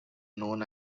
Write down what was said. known